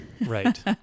Right